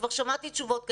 כבר שמעתי תשובות כאלה.